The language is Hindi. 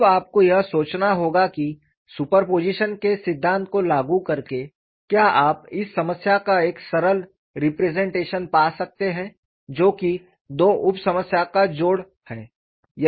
अब आपको यह सोचना होगा कि सुपरपोज़िशन के सिद्धांत को लागू करके क्या आप इस समस्या का एक सरल रिप्रजेंटेशन पा सकते हैं जो की दो उपसमस्या का जोड़ है